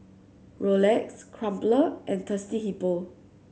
Rolex Crumpler and Thirsty Hippo